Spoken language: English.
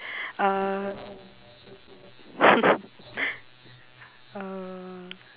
uh